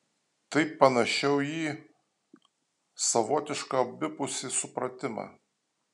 tai panašiau į savotišką abipusį supratimą